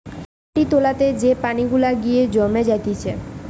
মাটির তোলাতে যে পানি গুলা গিয়ে জমে জাতিছে